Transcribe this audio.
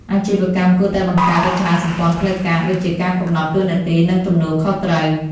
អាជីវកម្មគួរតែបង្កើត រចនាសម្ព័ន្ធផ្លូវការ ដូចជាការកំណត់តួនាទី និងទំនួលខុសត្រូវ។